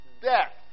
death